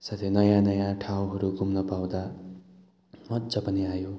साथै नयाँ नयाँ ठाउँहरू घुम्न पाउँदा मजा पनि आयो